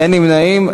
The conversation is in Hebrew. אין נמנעים.